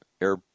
air